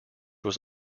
was